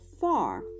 far